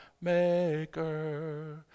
maker